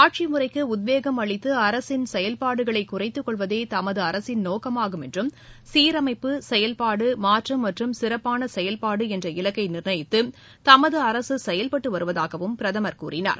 ஆட்சி முறைக்கு உத்வேகம் அளித்து அரசின் செயல்பாடுகளை குறைத்துக்கொள்வதே தமது அரசின் நோக்கமாகும் என்றும் சீரமைப்பு செயல்பாடு மாற்றம் மற்றும் சிறப்பான செயல்பாடு என்ற இலக்கை நிர்ணயித்து தமது அரசு செயல்பட்டு வருவதாகவும் பிரதமர் கூறினார்